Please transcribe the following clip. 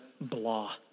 blah